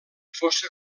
fossa